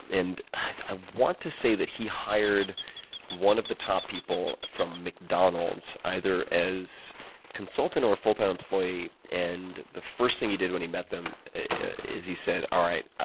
and i want to say that he hired one of the top people from mcdonalds either as consultant or a fulltime employee, and the first thing he did when he met them is he said, all right,